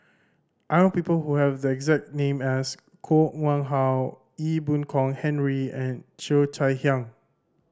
I know people who have the exact name as Koh Nguang How Ee Boon Kong Henry and Cheo Chai Hiang